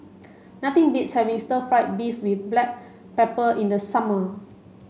nothing beats having stir fried beef with black pepper in the summer